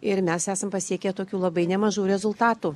ir mes esam pasiekę tokių labai nemažų rezultatų